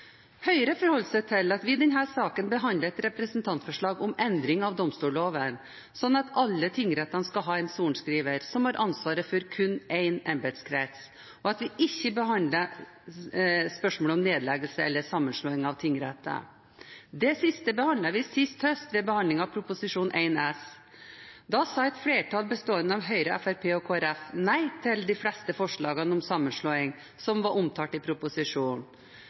Høyre forholder seg til at vi i denne saken behandler et representantforslag om endring av domstolloven, slik at alle tingretter skal ha en sorenskriver som har ansvaret for kun én embetskrets, og at vi ikke behandler spørsmålet om nedleggelse eller sammenslåing av tingretter. Det siste behandlet vi sist høst, ved behandling av Prop. 1 S for 2015–2016. Da sa et flertall, bestående av Høyre, Fremskrittspartiet og Kristelig Folkeparti, nei til de fleste av forslagene om sammenslåing som var omtalt i proposisjonen.